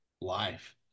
life